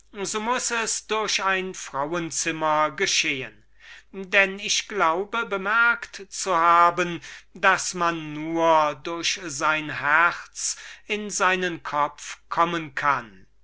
so muß es durch ein frauenzimmer geschehen denn ich glaube bemerkt zu haben daß man nur durch sein herz in seinen kopf kommen kann